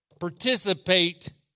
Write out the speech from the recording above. participate